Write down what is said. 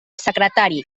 secretari